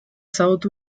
south